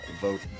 vote